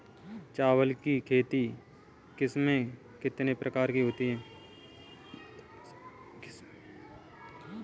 चावल की खेती की किस्में कितने प्रकार की होती हैं?